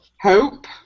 Hope